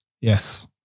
Yes